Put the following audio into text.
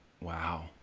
Wow